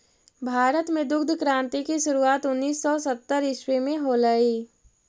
भारत में दुग्ध क्रान्ति की शुरुआत उनीस सौ सत्तर ईसवी में होलई